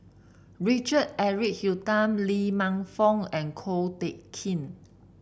Richard Eric Holttum Lee Man Fong and Ko Teck Kin